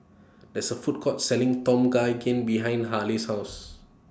There IS Food Court Selling Tom Kha Gai behind Haley's House